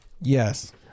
Yes